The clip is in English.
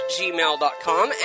gmail.com